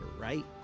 right